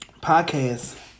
podcast